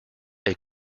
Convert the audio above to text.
est